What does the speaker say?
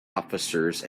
officers